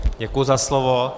Děkuji za slovo.